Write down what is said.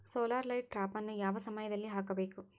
Solar light ಟ್ರಾಪನ್ನು ಯಾವ ಸಮಯದಲ್ಲಿ ಹಾಕಬೇಕು?